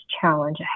challenge